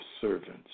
servants